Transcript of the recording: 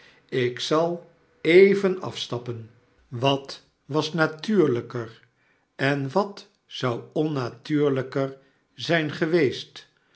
ik zal even afstappen wat was natuurlijker en wat zou onnatuurlijker zijn geweest